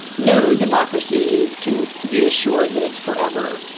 no democracy can be assured that it's forever.